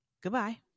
goodbye